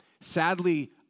Sadly